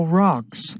rocks